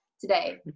today